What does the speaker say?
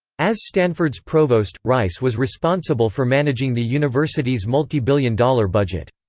as stanford's provost, rice was responsible for managing the university's multibillion-dollar budget.